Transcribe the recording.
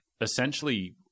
essentially